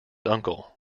uncle